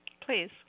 Please